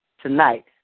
tonight